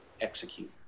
execute